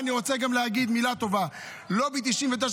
אני רוצה גם להגיד מילה טובה ללובי 99,